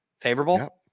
favorable